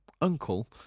uncle